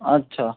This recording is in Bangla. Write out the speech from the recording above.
আচ্ছা